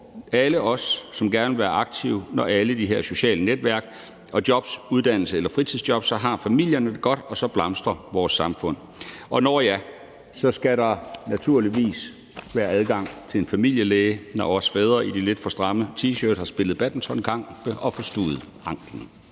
alle os, der gerne vil være aktive. Når alle de her sociale netværk og jobs, uddannelse eller fritidsjobs er der, har familierne det godt, og så blomstrer vores samfund. Nåh ja, så skal der naturligvis være adgang til en familielæge, når vi fædre i de lidt for stramme T-shirts har spillet badmintonkampe og forstuvet anklen.